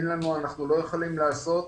אנחנו לא יכולים לעשות',